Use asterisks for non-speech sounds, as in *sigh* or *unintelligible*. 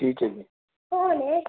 ਠੀਕ ਹੈ ਜੀ *unintelligible*